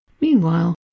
meanwhile